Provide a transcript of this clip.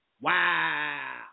Wow